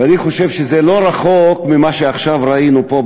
ואני חושב שזה לא רחוק ממה שעכשיו ראינו פה,